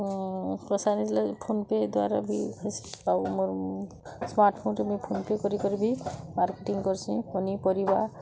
ଅ phone pay ଦ୍ୱାରା ବି ହେସି ଆଉ ମୋର ସ୍ନାର୍ଟଫୋନ୍ରେ ବି ଫୋନ୍ ପେ କରି କରି ବି ମାର୍କେଟିଂ କର୍ସି ପନିପରିବା